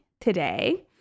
today